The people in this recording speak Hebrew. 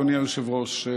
אדוני היושב-ראש.